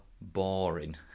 boring